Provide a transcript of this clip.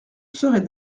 serai